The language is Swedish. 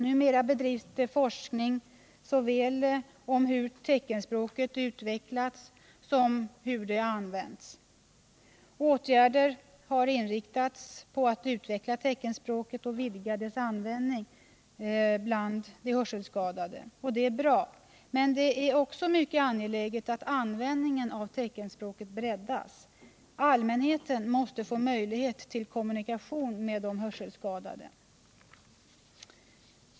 Numera bedrivs det forskning om såväl hur teckenspråket utvecklas som hur det används. Åtgärder har inriktats på att utveckla teckenspråket och vidga dess användning bland de hörselskadade. Och det är bra. Men det är också mycket angeläget att användningen av teckenspråket breddas. Allmänheten måste få möjlighet till kommunikation med de hörselskadade.